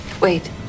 Wait